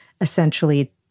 essentially